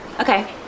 Okay